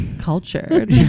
cultured